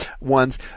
ones